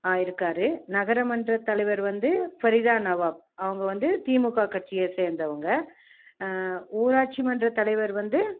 இருக்கார் நகர மன்ற தலைவர் வந்து ஃபரிதா நவாப் அவங்க வந்து திமுக கட்சிய சேர்ந்தவங்க ஊராட்சி மன்ற தலைவர் வந்து